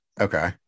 Okay